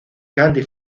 candy